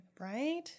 Right